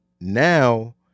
Now